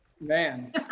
Man